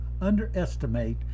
underestimate